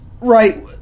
right